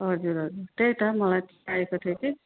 हजुर हजुर त्यही त मलाई चाहिएको थियो कि